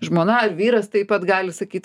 žmona ar vyras taip pat gali sakyt